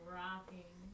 rocking